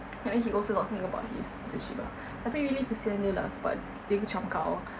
and then he also talking about his internship ah tapi really kesian dia lah dia macam kau